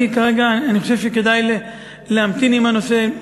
המלצתי כרגע, אני חושב שכדאי להמתין עם הנושא.